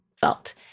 felt